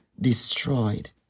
destroyed